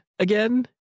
Again